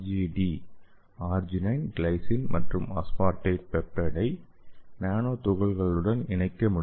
D arginine glycine மற்றும் aspartate பெப்டைடை nano துகள்களுடன் இணைக்க முடியும்